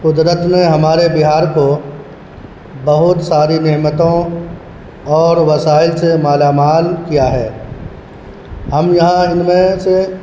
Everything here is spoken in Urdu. قدرت نے ہمارے بہار کو بہت ساری نعمتوں اور وسائل سے مالا مال کیا ہے ہم یہاں ان میں سے